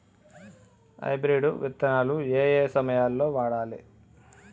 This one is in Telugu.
హైబ్రిడ్ విత్తనాలు ఏయే సమయాల్లో వాడాలి?